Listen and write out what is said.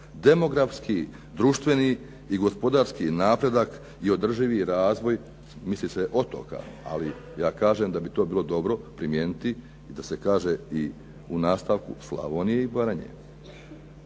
demografski, društveni i gospodarski napredak i održivi razvoj misli se otoka ali ja kažem da bi to bilo dobro primijeniti i da se kaže i u nastavku Slavonije i Baranje.